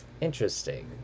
interesting